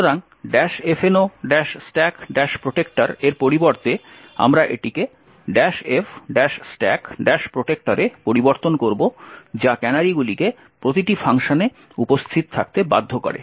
সুতরাং fno stack protector এর পরিবর্তে আমরা এটিকে f stack protector এ পরিবর্তন করব যা ক্যানারিগুলিকে প্রতিটি ফাংশনে উপস্থিত থাকতে বাধ্য করে